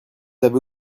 avez